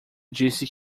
disse